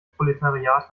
proletariat